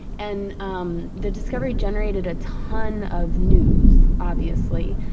and um the discovery generated a ton of news, obviously.